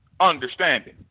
understanding